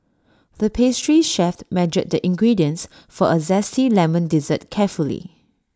the pastry chef measured the ingredients for A Zesty Lemon Dessert carefully